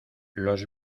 los